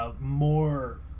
more